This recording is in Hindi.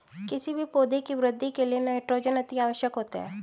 किसी भी पौधे की वृद्धि के लिए नाइट्रोजन अति आवश्यक होता है